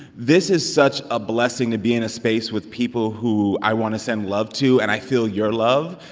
this is such a blessing to be in a space with people who i want to send love to and i feel your love.